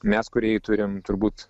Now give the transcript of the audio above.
mes kūrėjai turim turbūt